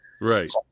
Right